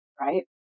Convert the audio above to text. Right